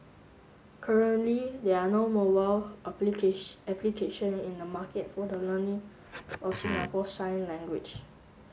currently there are no mobile application in the market for the learning of Singapore sign language